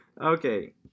Okay